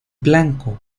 blanco